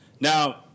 Now